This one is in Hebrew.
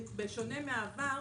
בשונה מהעבר,